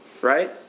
Right